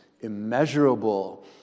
immeasurable